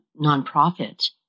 nonprofit